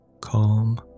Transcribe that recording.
Calm